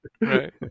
Right